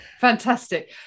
Fantastic